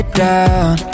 down